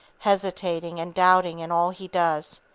hesitating and doubting in all he does.